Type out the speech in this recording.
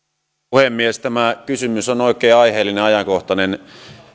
puhemies tämä kysymys on oikein aiheellinen ja ajankohtainen